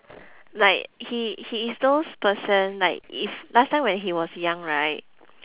like he he is those person like if last time when he was young right